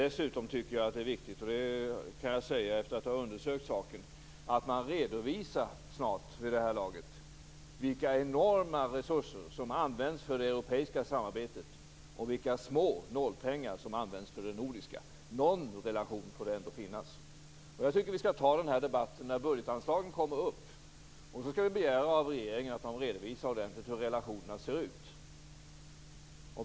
Efter att ha undersökt saken, tycker jag att det är viktigt att redovisa vilka enorma resurser som används för det europeiska samarbetet och vilka små nålpengar som används för det nordiska. Någon relation får det väl ändå finnas. Jag tycker att vi skall ta debatten när frågan om budgetanslagen kommer upp. Då skall vi begära att regeringen ordentligt redovisar hur relationerna ser ut.